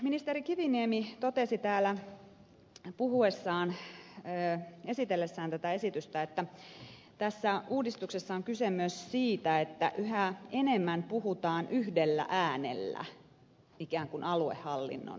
ministeri kiviniemi totesi täällä esitellessään tätä esitystä että tässä uudistuksessa on kyse myös siitä että yhä enemmän puhutaan ikään kuin yhdellä äänellä aluehallinnon suunnasta